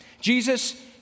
Jesus